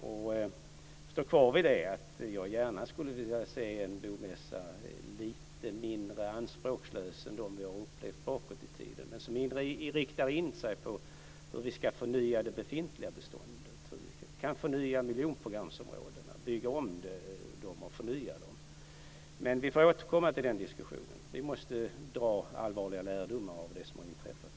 Jag står kvar vid att jag gärna skulle vilja se en bomässa lite mindre anspråkslös än de vi har upplevt bakåt i tiden och som riktar in sig på hur vi ska förnya det befintliga beståndet, kanske förnya miljonprogramsområdena, bygga om dem och förnya. Men vi får återkomma till den diskussionen. Vi måste dra allvarliga lärdomar av det som har inträffat.